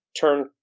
turn